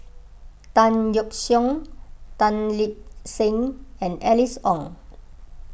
Tan Yeok Seong Tan Lip Seng and Alice Ong